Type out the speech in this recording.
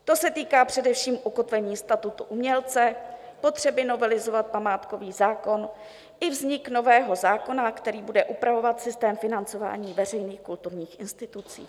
To se týká především ukotvení statusu umělce, potřeby novelizovat památkový zákon i vzniku nového zákona, který bude upravovat systém financování veřejných kulturních institucí.